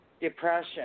depression